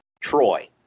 Troy